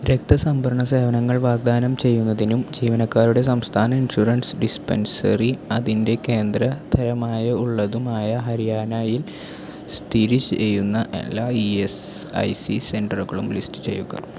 രക്ത സംഭരണ സേവനങ്ങൾ വാഗ്ദാനം ചെയ്യുന്നതിനും ജീവനക്കാരുടെ സംസ്ഥാന ഇൻഷുറൻസ് ഡിസ്പെൻസറി അതിൻ്റെ കേന്ദ്ര തരമായ ഉള്ളതുമായ ഹരിയാനയിൽ സ്ഥിതി ചെയ്യുന്ന എല്ലാ ഇ എസ് ഐ സി സെൻ്ററുകളും ലിസ്റ്റ് ചെയ്യുക